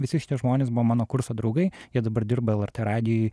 visi šitie žmonės buvo mano kurso draugai jie dabar dirba lrt radijuj